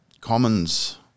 commons